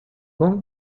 como